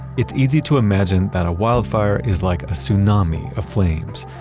it's easy to imagine that a wildfire is like a tsunami of flames,